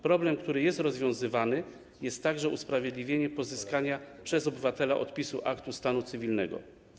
Problem, który jest rozwiązywany, jest także usprawiedliwieniem pozyskania przez obywatela odpisu aktu stanu cywilnego.